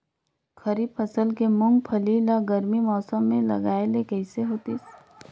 खरीफ फसल के मुंगफली ला गरमी मौसम मे लगाय ले कइसे होतिस?